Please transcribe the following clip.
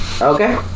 Okay